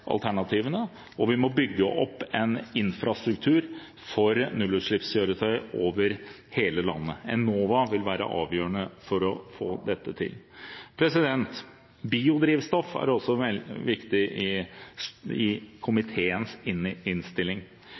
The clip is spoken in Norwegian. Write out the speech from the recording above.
alternativene, og vi må bygge opp en infrastruktur for nullutslippskjøretøy over hele landet. Enova vil være avgjørende for å få dette til. Biodrivstoff er også viktig i